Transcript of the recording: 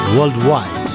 Worldwide